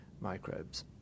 microbes